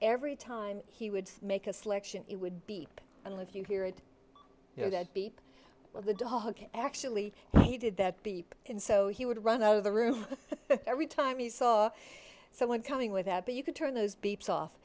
every time he would make a selection it would be up and if you hear it you know that beep well the dog actually needed that beep and so he would run out of the room every time he saw someone coming with that but you can turn those beeps off